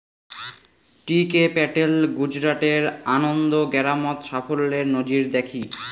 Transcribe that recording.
টি K Patel গুজরাটের আনন্দ গেরামত সাফল্যের নজির দ্যাখি